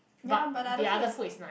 ya but the other food is